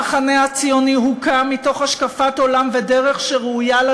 המחנה הציוני הוקם מתוך השקפת עולם ודרך שראויה לה,